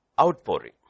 outpouring